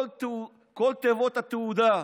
כל תיבות התהודה: